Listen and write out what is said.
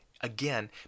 again